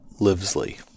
livesley